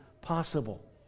possible